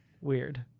Weird